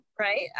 Right